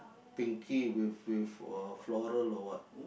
pinky with with or floral or what